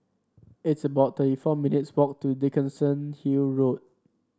it's about thirty four minutes walk to Dickenson Hill Road